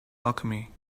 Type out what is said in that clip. alchemy